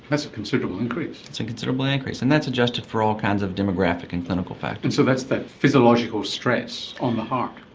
that's a considerable increase. that's a and considerable increase. and that's adjusted for all kinds of demographic and clinical factors. so that's that physiological stress on the heart.